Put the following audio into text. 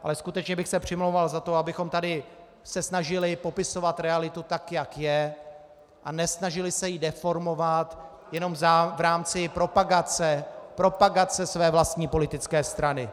Ale skutečně bych se přimlouval za to, abychom se tady snažili popisovat realitu tak, jak je, a nesnažili se ji deformovat jenom v rámci propagace své vlastní politické strany.